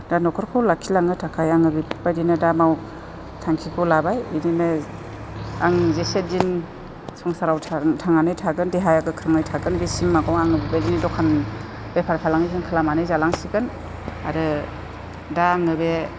दा न'खरखौ लाखिलांनो थाखाय आङो बेफोरबायदिनो दा मावथांखिखौ लाबाय बिदिनो आं जेसेदिन संसाराव थांनानै थागोन देहाया गोख्रोङै थागोन बेसिमाखौ आङो बेबायदिनो दखान बेफार फालांगिखौनो खालामनानै जालांसिगोन आरो दा आङो बे